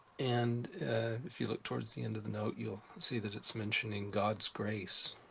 and if you look towards the end of the note, you'll see that it's mentioning god's grace.